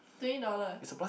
twenty dollars